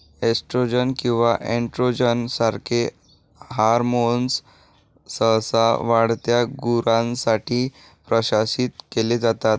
oestrogen किंवा androgen सारखे hormones सहसा वाढत्या गुरांसाठी प्रशासित केले जातात